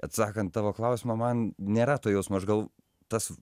atsakant tavo klausimą man nėra to jausmoaš gal tas